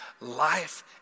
life